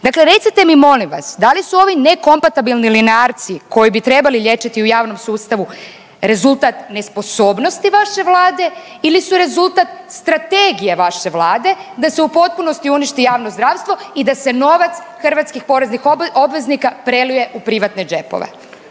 dakle recite mi molim vas da li su ovi nekompatibilni linearci koji bi trebali liječiti u javnom sustavu rezultat nesposobnosti vaše Vlade ili su rezultat strategije vaše Vlade da se u potpunosti uništi javno zdravstvo i da se novac hrvatskih poreznih obveznika prelije u privatne džepove?